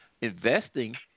investing